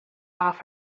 off